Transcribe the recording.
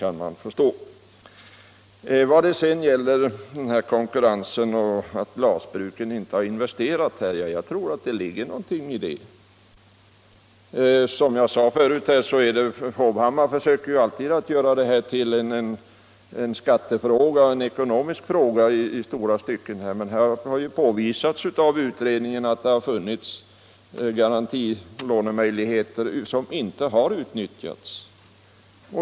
Jag tror det ligger något i talet om konkurrens mellan glasbruken och att dessa inte har velat investera. Herr Hovhammar försöker alltid att göra detta till en skattefråga och en ekonomisk fråga i långa stycken, men här har ju utredningen påvisat att det har funnits möjligheter till garantilån, som inte har utnyttjats.